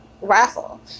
raffle